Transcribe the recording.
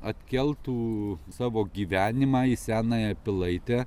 atkeltų savo gyvenimą į senąją pilaitę